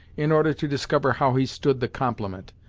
in order to discover how he stood the compliment,